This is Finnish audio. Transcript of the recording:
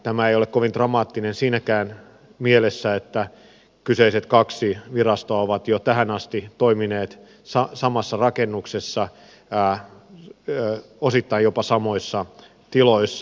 tämä ei ole kovin dramaattinen siinäkään mielessä että kyseiset kaksi virastoa ovat jo tähän asti toimineet samassa rakennuksessa osittain jopa samoissa tiloissa